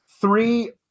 three